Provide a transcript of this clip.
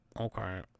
okay